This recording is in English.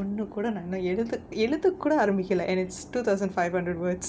ஒன்னு கூட நா இன்னும் எழுத எழுதக்கூட ஆரம்பிக்கல:sutham onnum kooda naa innum elutha eluthakkooda aarambikkala and it's two thousand five hundred words